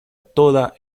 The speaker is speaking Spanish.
toda